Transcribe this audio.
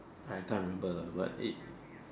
I can't remember but it